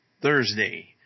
Thursday